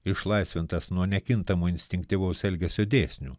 išlaisvintas nuo nekintamo instinktyvaus elgesio dėsnių